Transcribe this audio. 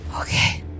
Okay